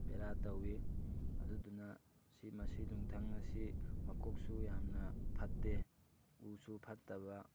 ꯕꯦꯔꯥ ꯇꯧꯋꯤ ꯑꯗꯨꯗꯨꯅ ꯁꯤ ꯃꯁꯤ ꯅꯨꯡꯊꯪ ꯑꯁꯤ ꯃꯈꯣꯛꯁꯨ ꯌꯥꯝꯅ ꯐꯠꯇꯦ ꯎꯁꯨ ꯐꯠꯇꯕ